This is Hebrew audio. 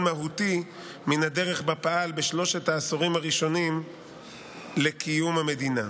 מהותי מן הדרך בה פעל בשלושת העשורים הראשונים לקיום המדינה.